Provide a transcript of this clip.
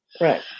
Right